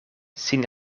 sin